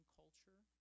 culture